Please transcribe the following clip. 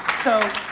so,